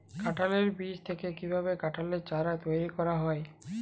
কাঁঠালের বীজ থেকে কীভাবে কাঁঠালের চারা তৈরি করা হয়?